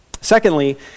Secondly